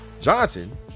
johnson